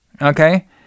Okay